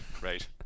Right